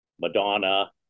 Madonna